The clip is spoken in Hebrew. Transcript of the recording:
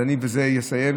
בזה אסיים.